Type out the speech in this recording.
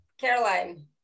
Caroline